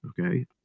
Okay